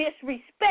disrespect